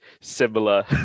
similar